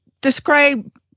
describe